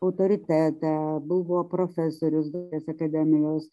autoritetą buvo profesorius buvęs akademijos